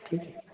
ठीक है